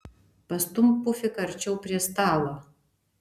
pastumk pufiką arčiau prie stalo